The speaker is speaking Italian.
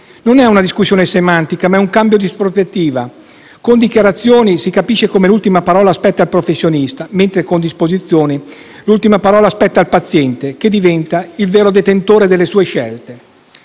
Non è una discussione semantica, ma è un cambio di prospettiva. Con "dichiarazioni" si capisce come l'ultima parola spetti al professionista, mentre con "disposizioni" l'ultima parola spetta al paziente che diventa il vero detentore delle sue scelte.